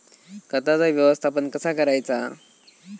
खताचा व्यवस्थापन कसा करायचा?